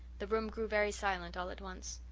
the room grew very silent all at once.